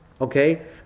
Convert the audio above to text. okay